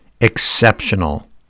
exceptional